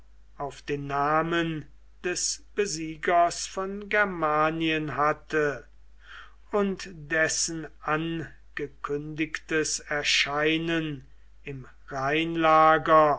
auf den namen des besiegers von germanien hatte und dessen angekündigtes erscheinen im